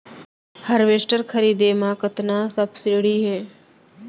Harvester खरीदे म कतना सब्सिडी हे?